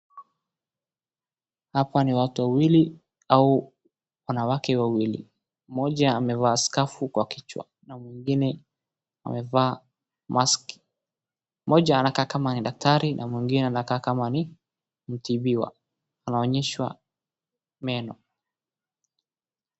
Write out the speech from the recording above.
Hapa ni watu wawili ama wanawake wawili mmoja amevaa skafu kwa kichwa na mwingine mask mmoja anakaa kama daktari na mwingine kama mtibiwa anaonyeshwa meno.